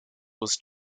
was